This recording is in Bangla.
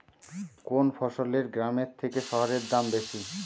কোন ফসলের গ্রামের থেকে শহরে দাম বেশি?